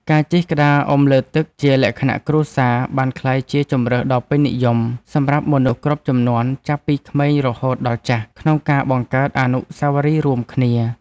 ការជិះក្តារអុំលើទឹកជាលក្ខណៈគ្រួសារ បានក្លាយជាជម្រើសដ៏ពេញនិយមសម្រាប់មនុស្សគ្រប់ជំនាន់ ចាប់ពីក្មេងរហូតដល់ចាស់ ក្នុងការបង្កើតអនុស្សាវរីយ៍រួមគ្នា។